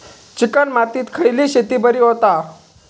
Chicken मातीत खयली शेती बरी होता?